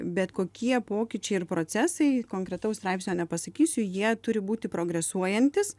bet kokie pokyčiai ir procesai konkretaus straipsnio nepasakysiu jie turi būti progresuojantys